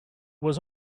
was